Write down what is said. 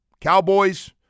Cowboys